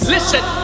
Listen